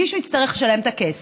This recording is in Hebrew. מישהו יצטרך לשלם את הכסף.